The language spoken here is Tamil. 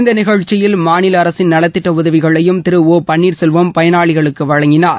இந்த நிகழ்ச்சியில் மாநில அரசின் நலத்திட்ட உதவிகளையும் திரு பயனாளிகளுக்கு வழங்கினார்